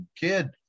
kid